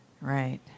Right